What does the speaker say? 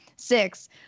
Six